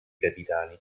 capitani